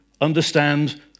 understand